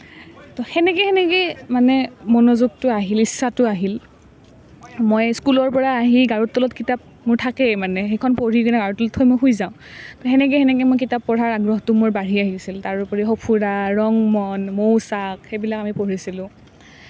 তো সেনেকৈ সেনেকৈয়ে মনোযোগটো আহিল ইচ্ছাটো আহিল মই স্কুলৰ পৰা আহি গাৰুৰ তলত কিতাপ মোৰ থাকেই মানে সেইখন পঢ়ি কিনে গাৰু তলত থৈ শুই যাওঁ সেনেকৈ সেনেকৈ মোৰ কিতাপ পঢ়াৰ আগ্ৰহটো মোৰ বাঢ়ি আহিছিল তাৰোপৰি সঁফুৰা ৰংমন মৌচাক সেইবিলাক আমি পঢ়িছিলোঁ